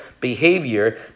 behavior